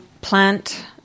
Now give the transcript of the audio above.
plant